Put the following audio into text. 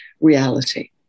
reality